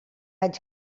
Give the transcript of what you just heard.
anys